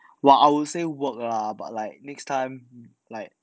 !wah! I would say work lah but like next time like